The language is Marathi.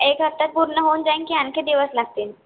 एक हप्त्यात पूर्ण होऊन जाईल की आणखी दिवस लागतील